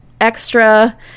Extra